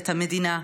את המדינה,